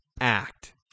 act